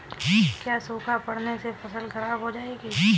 क्या सूखा पड़ने से फसल खराब हो जाएगी?